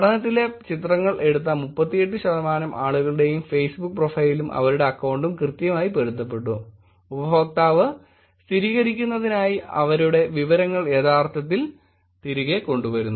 പഠനത്തിലെ ചിത്രങ്ങൾ എടുത്ത 38 ശതമാനം ആളുകളുടെയും ഫേസ്ബുക്ക് പ്രൊഫൈലും അവരുടെ അക്കൌണ്ടും കൃത്യമായി പൊരുത്തപ്പെട്ടു ഉപയോക്താവ് സ്ഥീതീകരിക്കുന്നതിനായി അവരുടെ വിവരങ്ങൾ യഥാർത്ഥത്തിൽ തിരികെ കൊണ്ടുവരുന്നു